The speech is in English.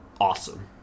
awesome